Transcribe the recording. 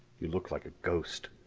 you look like a ghost.